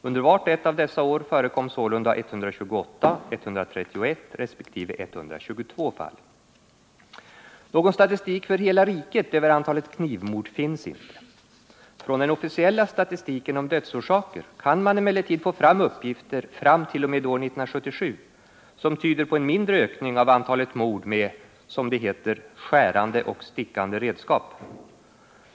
Under vart och ett av dessa år förekom sålunda 128, 131 resp. 122 fall. Någon statistik för hela riket över antalet knivmord finns inte. Från den officiella statistiken om dödsorsaker kan man emellertid få fram uppgifter fram t.o.m. år 1977 som tyder på en mindre ökning av antalet mord med - som det heter — ”skärande och stickande redskap”.